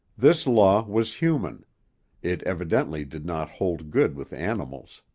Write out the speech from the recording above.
this law was human it evidently did not hold good with animals.